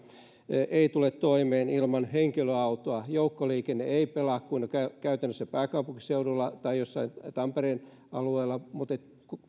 ei ei tule toimeen ilman henkilöautoa joukkoliikenne ei pelaa käytännössä kuin pääkaupunkiseudulla tai jossain tampereen alueella